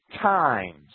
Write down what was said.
times